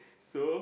so